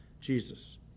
Jesus